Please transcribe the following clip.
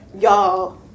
y'all